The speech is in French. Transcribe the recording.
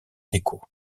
déco